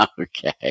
Okay